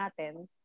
natin